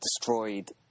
destroyed